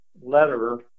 letter